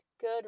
good